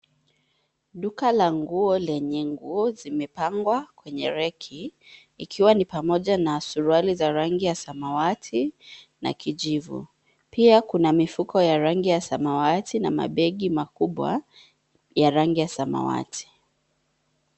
Duka la nguo lenye nguo zilizopangwa kwenye reki, zikiwa ni pamoja na suruali za rangi ya samawati na kijivu. Pia kuna mifuko ya rangi ya samawati na mabegi makubwa ya rangi ya samawati.